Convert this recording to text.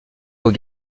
aux